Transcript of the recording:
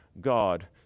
God